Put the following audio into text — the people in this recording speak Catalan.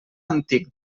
antic